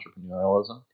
entrepreneurialism